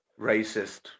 Racist